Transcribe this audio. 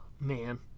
man